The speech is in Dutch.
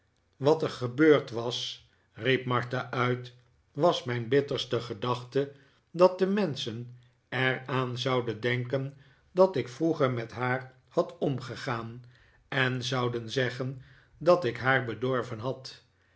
wat er gebeurd was riep martha uit was mijn bitterste gedachte dat de menschen er aan zouden denken dat ik vroeger met haar had omgegaan en zouden zeggen dat ik haar bedorven had